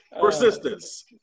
Persistence